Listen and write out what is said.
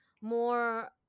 more